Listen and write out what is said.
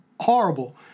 horrible